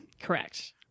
correct